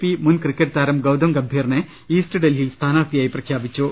P മുൻ cricket താരം ഗൌതം ഗ്രംഭീറിനെ ഈസ്റ്റ് ഡൽഹിയിൽ സ്ഥാനാർത്ഥിയായി പ്രഖ്യാപിച്ചു